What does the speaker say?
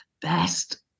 best